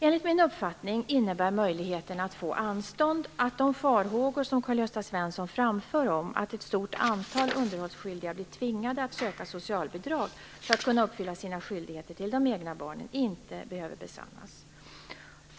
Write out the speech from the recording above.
Enligt min uppfattning innebär möjligheterna att få anstånd att de farhågor som Karl-Gösta Svenson framför, om att ett stort antal underhållsskyldiga blir tvingade att söka socialbidrag för att kunna uppfylla sina skyldigheter till de egna barnen, inte behöver besannas.